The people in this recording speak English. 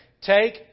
take